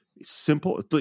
simple